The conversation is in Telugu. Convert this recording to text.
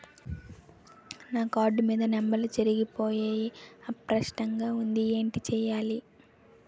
నా కార్డ్ మీద నంబర్లు చెరిగిపోయాయి అస్పష్టంగా వుంది ఏంటి చేయాలి?